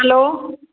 hello